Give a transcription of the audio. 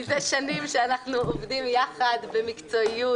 אבל מזה שנים שאנחנו עובדים יחד במקצועיות,